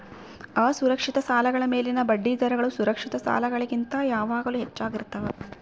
ಅಸುರಕ್ಷಿತ ಸಾಲಗಳ ಮೇಲಿನ ಬಡ್ಡಿದರಗಳು ಸುರಕ್ಷಿತ ಸಾಲಗಳಿಗಿಂತ ಯಾವಾಗಲೂ ಹೆಚ್ಚಾಗಿರ್ತವ